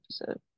episode